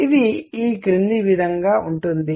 ఇది ఈ క్రింది విధంగా ఉంటుంది